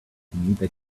that